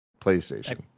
playstation